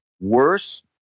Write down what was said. Worse